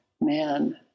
man